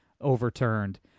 overturned